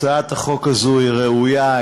הצעת החוק הזו היא ראויה,